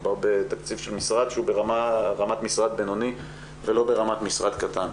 מדובר בתקציב של משרד שהוא ברמת משרד בינוני ולא ברמת משרד קטן.